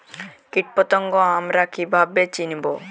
কীটপতঙ্গ আমরা কীভাবে চিনব?